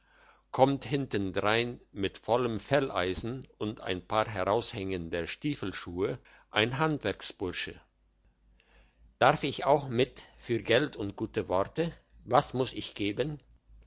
kommt hinterdrein mit vollem felleisen und ein paar heraushängender stiefelschuhe ein handwerksbursche darf ich auch mit für geld und gute worte was muss ich geben